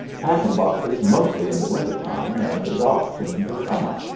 packin' boxes mostly in de winter-time, and de docks in de summer.